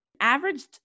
averaged